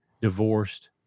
divorced